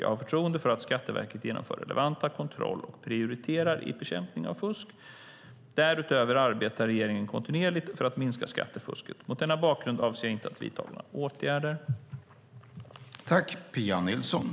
Jag har förtroende för att Skatteverket genomför relevanta kontroller och prioriterar bekämpning av fusk. Därutöver arbetar regeringen kontinuerligt för att minska skattefusket. Mot denna bakgrund avser jag inte att vidta några åtgärder.